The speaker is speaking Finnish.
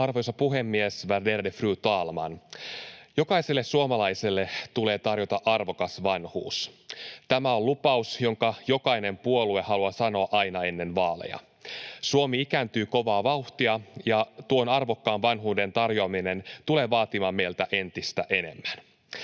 Arvoisa puhemies, värderade fru talman! Jokaiselle suomalaiselle tulee tarjota arvokas vanhuus. Tämä on lupaus, jonka jokainen puolue haluaa sanoa aina ennen vaaleja. Suomi ikääntyy kovaa vauhtia, ja tuon arvokkaan vanhuuden tarjoaminen tulee vaatimaan meiltä entistä enemmän.